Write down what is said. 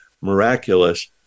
miraculous